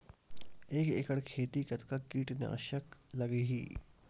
एक एकड़ खेती कतका किट नाशक लगही?